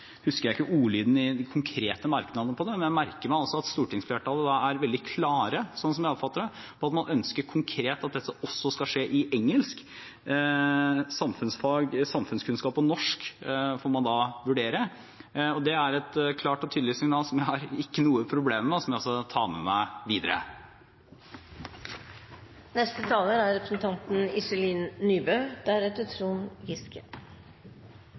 at stortingsflertallet er veldig klare – slik jeg oppfatter det – på at man ønsker konkret at dette også skal skje i engelsk. Samfunnskunnskap og norsk får man da vurdere. Det er et klart og tydelig signal som jeg ikke har noen problemer med, og som jeg også tar med meg videre. Representanten Lysbakken viser til representanten